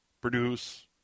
produce